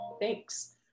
thanks